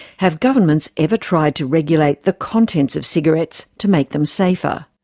have governments ever tried to regulate the contents of cigarettes to make them safer?